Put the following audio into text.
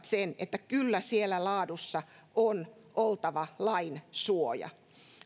sen että kyllä siellä laadussa on oltava lain suoja